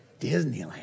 Disneyland